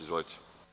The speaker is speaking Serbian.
Izvolite.